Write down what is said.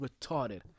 retarded